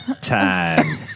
time